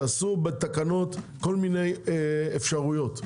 תעשו בתקנות כל מיני אפשרויות,